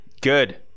Good